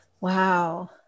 Wow